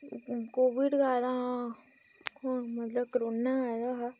Covid गै आए दा हून मतलब कोरोना गै आए दा हा